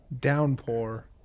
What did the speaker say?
downpour